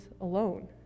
alone